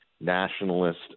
nationalist